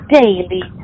daily